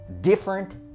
different